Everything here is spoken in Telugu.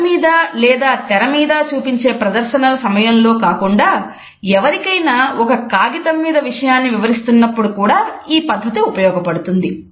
బోర్డు మీద లేదా తెరమీద చూపించే ప్రదర్శనల సమయం లోనే కాకుండా ఎవరికైనా ఒక కాగితం మీద విషయాన్ని వివరిస్తున్నప్పుడు కూడా ఈ పద్ధతి ఉపయోగపడుతుంది